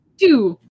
Two